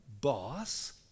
boss